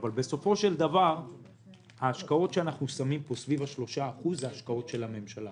אבל בסופו של דבר ההשקעות סביב 3% זה השקעות של הממשלה.